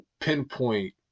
pinpoint